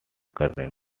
current